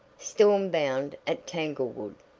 stormbound at tanglewood